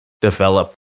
develop